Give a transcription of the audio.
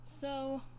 So-